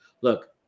look